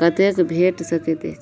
कतेक भेटि सकैत अछि